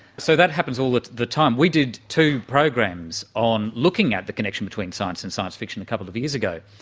so that happens all the the time. we did two programs looking at the connection between science and science fiction a couple of years ago,